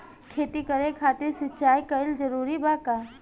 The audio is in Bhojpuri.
खेती करे खातिर सिंचाई कइल जरूरी बा का?